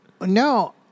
No